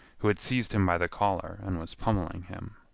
who had seized him by the collar and was pommeling him.